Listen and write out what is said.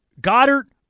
Goddard